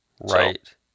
Right